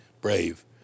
brave